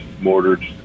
mortared